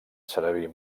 servir